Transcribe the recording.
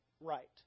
right